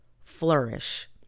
flourish